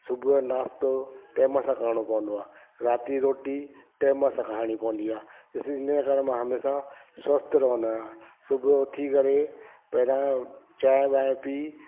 सुबुह जो नाश्तो टाइम सां करिणो पवंदो आहे राति जी रोटी टाइम सां खाइणी पवंदी आहे इस इन्हीअ कारण मां हमेशह स्वस्थ्यु रहंदो आहियां सुबुह उथी करे पहिरियां चांहिं वाय पी